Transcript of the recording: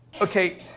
Okay